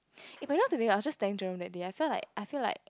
eh by the way today i was just telling jerome that day that I feel like I feel like